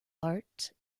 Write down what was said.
art